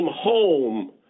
home